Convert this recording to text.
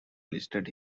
listed